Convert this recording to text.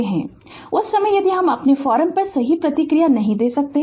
उस समय यदि हम अपने फोरम पर सही प्रतिक्रिया नहीं दे सकते हैं